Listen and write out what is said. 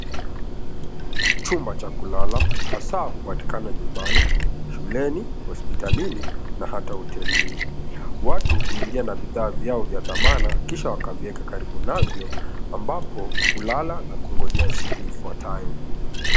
Chumba cha kulala hasa hupatikana nyumbani, shuleni, hospitalini na hata hotelini. Watu huingia na bidhaa vyao vya dhamana kisha wakaviweka karibu navyo ambapo hulala na kungojea siku ifuatayo.